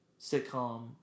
sitcom